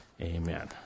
amen